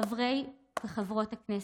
חברי וחברות הכנסת,